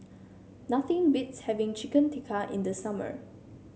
nothing beats having Chicken Tikka in the summer